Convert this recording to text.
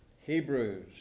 Hebrews